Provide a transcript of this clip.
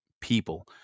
people